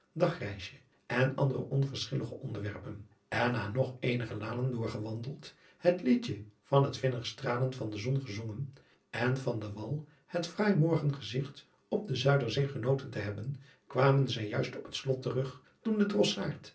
dagreisje en andere onverschillige onderwerpen en na nog eenige lanen doorgewandeld het liedje van het vinnigh stralen van de zon gezongen en van den wal het fraai morgen gezigt op de zuiderzee genoten te bebben kwamen zij juist op het slot terug toen de